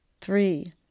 three